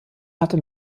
hatte